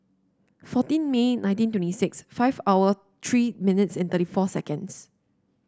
fourteen May nineteen twenty six five hour three minutes and thirty four seconds